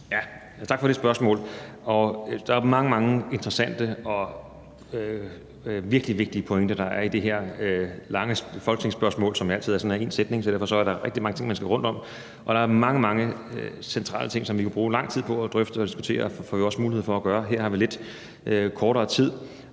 Tak for det spørgsmål. Der er mange, mange interessante og virkelig vigtige pointer i det her lange folketingsspørgsmål, som altid sådan er én sætning, og derfor er der rigtig mange ting, man skal rundt om. Der er mange, mange centrale ting, som vi kan bruge lang tid på at drøfte og diskutere. Det får vi også mulighed for at gøre. Her har vi lidt kortere tid.